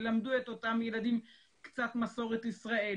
ילמדו את אותם ילדים קצת מסורת ישראל,